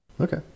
Okay